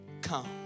come